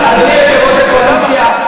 אדוני יושב-ראש הקואליציה,